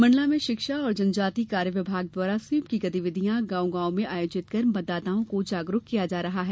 मंडला में शिक्षा एवं जनजाति कार्य विभाग द्वारा स्वीप की गतिविधियां गांव गांव में आयोजित कर मतदाताओं को जागरूक किया जा रहा है